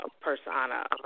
persona